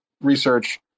research